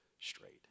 straight